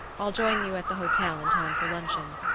i'll join you at the hotel in time for luncheon.